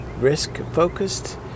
risk-focused